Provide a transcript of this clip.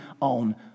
on